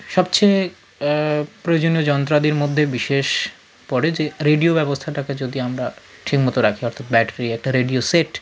সবচেয়ে প্রয়োজনীয় যন্ত্রাদির মধ্যে বিশেষ পড়ে যে রেডিও ব্যবস্থাটাকে যদি আমরা ঠিক মতো রাখি অর্থাৎ ব্যাটারি একটা রেডিও সেট